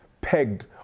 pegged